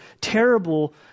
terrible